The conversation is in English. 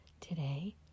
Today